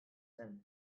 zen